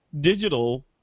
digital